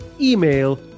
email